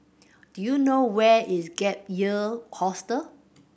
do you know where is Gap Year Hostel